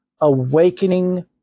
awakening